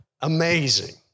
Amazing